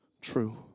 true